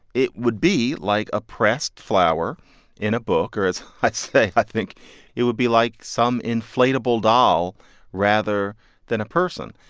it would be like a pressed flower in a book or, as i say, i think it would be like some inflatable doll rather than a person.